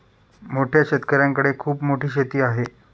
मोठ्या शेतकऱ्यांकडे खूप मोठी शेती आहे